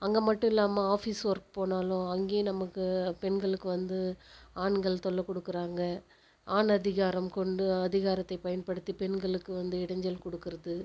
அங்கே மட்டும் இல்லாம ஆஃபீஸ் ஒர்க் போனாலும் அங்கேயும் நமக்கு பெண்களுக்கு வந்து ஆண்கள் தொல்லை கொடுக்குறாங்க ஆண் அதிகாரம் கொண்டு அதிகாரத்தை பயன்படுத்தி பெண்களுக்கு வந்து இடைஞ்சல் கொடுக்குறது